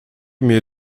mir